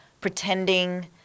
pretending